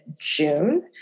June